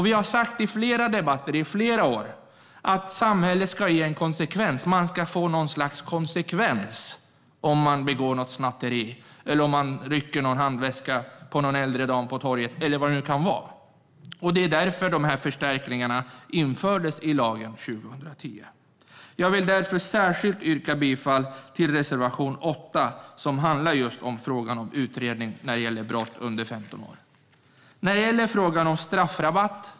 Vi har i flera debatter i flera år sagt att det måste få något slags konsekvens om man snattar, rycker en handväska från en äldre dam på torget eller vad det nu kan vara. Det var därför förstärkningarna infördes i lagen 2010. Jag yrkar därför bifall till reservation 8 om utredning av brott av personer under 15 år.